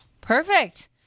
perfect